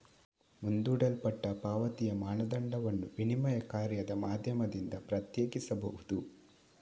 ಮುಂದೂಡಲ್ಪಟ್ಟ ಪಾವತಿಯ ಮಾನದಂಡವನ್ನು ವಿನಿಮಯ ಕಾರ್ಯದ ಮಾಧ್ಯಮದಿಂದ ಪ್ರತ್ಯೇಕಿಸಬಹುದು